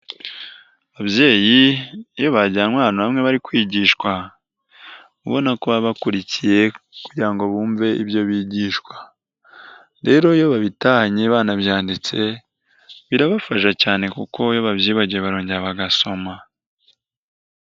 Ababyeyi iyo bajyanywe ahantu hamwe bari kwigishwa, uba ubona ko baba bakurikiye kugira ngo bumve ibyo bigishwa, rero iyo babitahanye banabyanditse birabafasha cyane kuko iyo babyibagiwe barongera bagasoma.